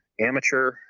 amateur